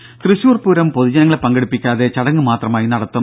രും തൃശൂർപൂരം പൊതുജനങ്ങളെ പങ്കെടുപ്പിക്കാതെ ചടങ്ങ് മാത്രമായി നടത്തും